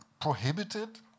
prohibited